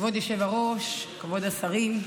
כבוד היושב-ראש, כבוד השרים,